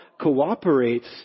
cooperates